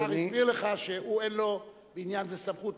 השר הסביר לך שבעניין זה אין לו סמכות.